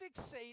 fixate